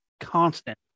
constant